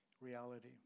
reality